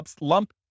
lump